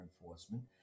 enforcement